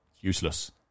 Useless